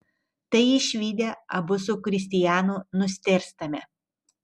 tai išvydę abu su kristianu nustėrstame